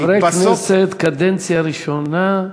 חברי כנסת, קדנציה ראשונה,